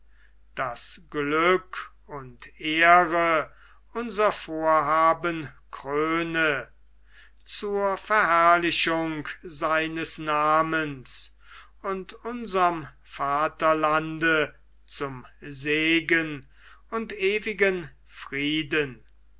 daß glück und ehre unser vorhaben kröne zur verherrlichung seines namens und unserm vaterlande zum segen und ewigen frieden